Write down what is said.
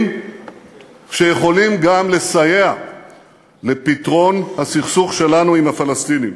שיכולים גם לסייע לפתרון הסכסוך שלנו עם הפלסטינים.